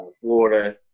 Florida